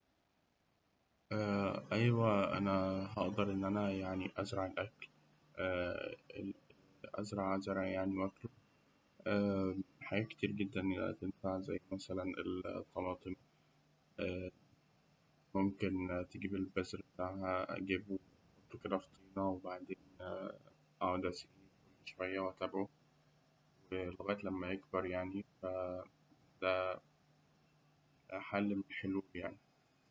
أيوه أنا هأقدر إن أنا أزرع الأكل أزرع زرع يعني وأكله. حاجات كتير تنفع زي مثلاً الطماطم ممكن تجيب البذر بتاعها أجيبه أحطه كده في طينة وبعدين أسقيه كده كل شوية وأتابعه لغاية لما يكبر يعني ف حل من الحلول يعني.